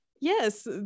Yes